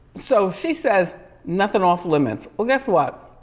so, she says nothing off limits. well, guess what,